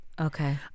Okay